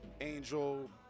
Angel